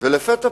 ולפתע פתאום,